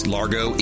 Largo